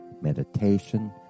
meditation